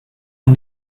und